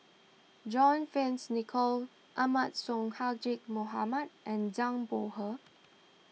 John Fearns Nicoll Ahmad Sonhadji Mohamad and Zhang Bohe